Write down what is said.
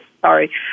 Sorry